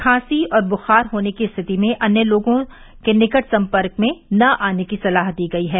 खांसी और बूखार होने की स्थिति में अन्य लोगों के निकट संपर्क में न आने की सलाह दी गई है